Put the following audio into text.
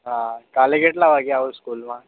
હા કાલે કેટલા વાગે આવું સ્કૂલમાં